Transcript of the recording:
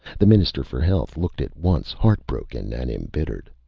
the minister for health looked at once heartbroken and embittered.